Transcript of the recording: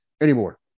anymore